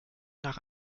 nach